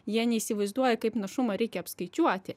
jie neįsivaizduoja kaip našumą reikia apskaičiuoti